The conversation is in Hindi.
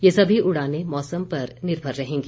ये सभी उड़ानें मौसम पर निर्भर रहेंगी